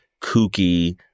kooky